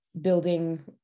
building